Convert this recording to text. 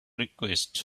requests